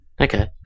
Okay